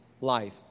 life